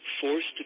forced